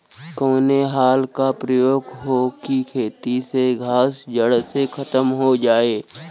कवने हल क प्रयोग हो कि खेत से घास जड़ से खतम हो जाए?